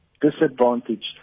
disadvantaged